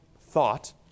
thought